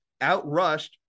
outrushed